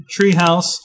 Treehouse